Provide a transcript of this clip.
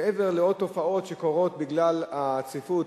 מעבר לעוד תופעות שקורות בגלל הצפיפות,